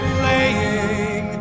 playing